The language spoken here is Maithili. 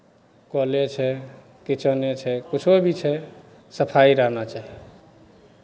कले छै किचेने छै किछो भी छै सफाइ रहना चाही